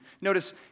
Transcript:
Notice